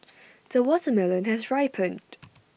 the watermelon has ripened